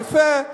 יפה.